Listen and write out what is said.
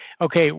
okay